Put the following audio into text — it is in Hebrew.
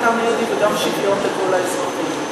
העם היהודי וגם שוויון לכל האזרחים.